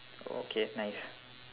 okay nice